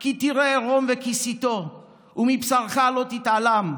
כי תראה עָרֹם וְכִסִּיתוֹ ומבשרך לא תתעלם".